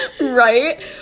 Right